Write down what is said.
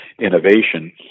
innovation